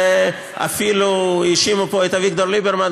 ואפילו האשימו פה את אביגדור ליברמן,